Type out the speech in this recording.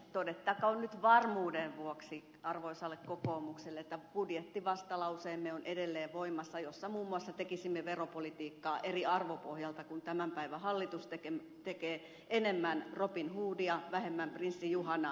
todettakoon nyt varmuuden vuoksi arvoisalle kokoomukselle että budjettivastalauseemme on edelleen voimassa jossa muun muassa tekisimme veropolitiikkaa eri arvopohjalta kuin tämän päivän hallitus tekee enemmän robin hoodia vähemmän prinssi juhanaa